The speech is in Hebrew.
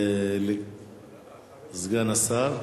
סגן השר.